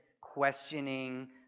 questioning